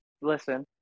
listen